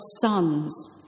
sons